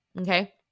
Okay